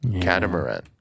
Catamaran